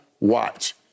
watch